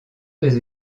des